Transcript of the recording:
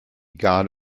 god